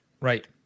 Right